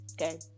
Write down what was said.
okay